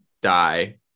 die